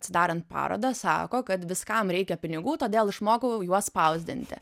atsidarant parodą sako kad viskam reikia pinigų todėl išmokau juos spausdinti